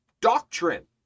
doctrine